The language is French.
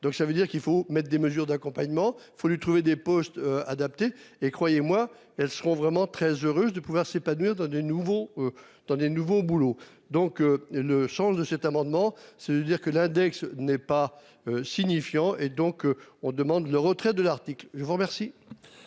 Donc ça veut dire qu'il faut mettre des mesures d'accompagnement. Il faut lui trouver des postes adaptés et croyez-moi, elles seront vraiment très heureuse de pouvoir s'épanouir dans de nouveau dans des nouveau boulot donc ne change de cet amendement. Ça veut dire que l'index n'est pas signifiant et donc on demande le retrait de l'article, je vous remercie.